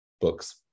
books